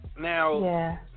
Now